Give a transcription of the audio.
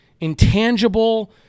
intangible